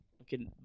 Okay